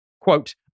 quote